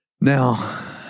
Now